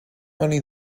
only